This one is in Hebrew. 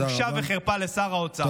בושה וחרפה לשר האוצר.